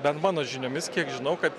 bent mano žiniomis kiek žinau kad